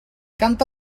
canta